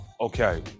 Okay